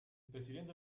presidente